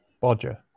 Bodger